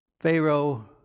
Pharaoh